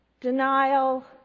denial